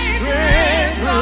Strength